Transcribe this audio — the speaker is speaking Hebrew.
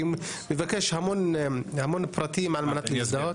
כי הוא מבקש המון פרטים על מנת להזדהות.